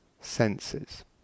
senses